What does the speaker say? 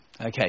okay